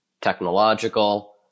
technological